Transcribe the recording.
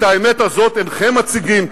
את האמת הזאת אינכם מציגים.